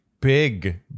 big